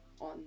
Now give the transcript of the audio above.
on